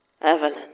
Evelyn